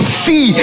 see